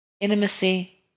intimacy